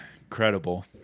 Incredible